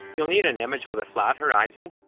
you'll need an image with a flat horizon,